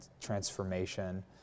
transformation